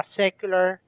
secular